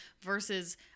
versus